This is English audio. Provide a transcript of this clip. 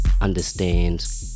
understand